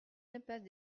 impasse